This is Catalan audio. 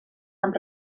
amb